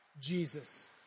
Jesus